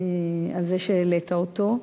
על זה שהעלית אותו.